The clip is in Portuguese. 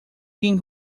quem